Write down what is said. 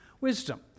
wisdom